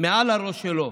מעל הראש שלו